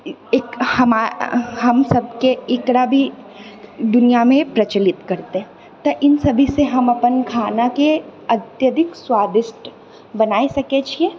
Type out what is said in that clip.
एक हम सभके एकरा भी दुनिआाँमे प्रचलित करतै तऽ इन सभीसँ हम अपन खानाकेँ अत्यधिक स्वादिष्ट बनाय सकैत छियै